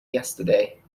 yesterday